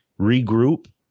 regroup